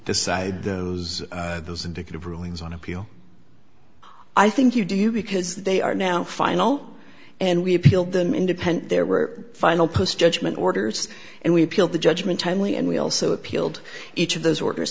decide those those indicative rulings on appeal i think you do you because they are now final and we appealed them independent there were final post judgment orders and we appealed the judgment timely and we also appealed each of those orders